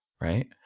Right